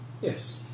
Yes